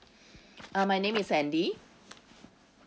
uh my name is sandy